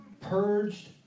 purged